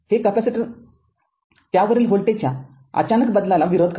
capacitor त्यावरील व्होल्टेजच्या अचानक बदलाला विरोध करते